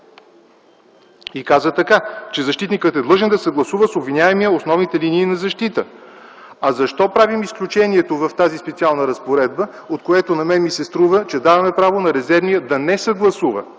и каза, че „защитникът е длъжен да съгласува с обвиняемия основните линии на защита”. А защо правим изключението в тази специална разпоредба? От това ми се струва, че даваме право на резервния защитник да не съгласува.